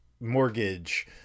mortgage